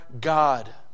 God